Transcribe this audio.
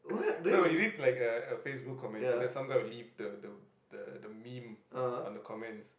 you know you read like a a Facebook comments and then some guys will leave the the the the meme on the comments